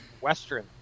Western